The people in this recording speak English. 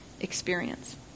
experience